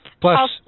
Plus